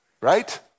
right